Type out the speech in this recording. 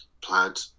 Plaid